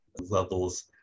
levels